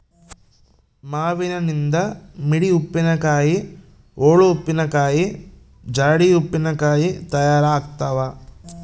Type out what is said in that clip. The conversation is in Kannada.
ಮಾವಿನನಿಂದ ಮಿಡಿ ಉಪ್ಪಿನಕಾಯಿ, ಓಳು ಉಪ್ಪಿನಕಾಯಿ, ಜಾಡಿ ಉಪ್ಪಿನಕಾಯಿ ತಯಾರಾಗ್ತಾವ